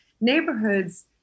neighborhood's